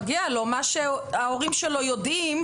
מה שההורים שלו יודעים,